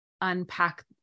unpack